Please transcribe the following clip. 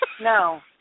No